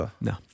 no